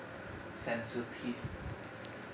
sensitive